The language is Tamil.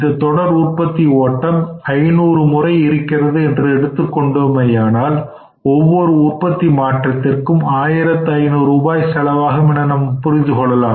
இந்த தொடர் உற்பத்தி ஓட்டம் 500 முறை இருக்கிறது என்று எடுத்துக் கொண்டோமானால் ஒவ்வொரு உற்பத்தி மாற்றத்திற்கும் 1500 ரூபாய் செலவாகும் என நாம் புரிந்து கொள்ளலாம்